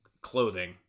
clothing